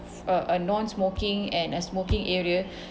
uh uh non-smoking and uh smoking area